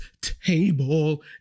table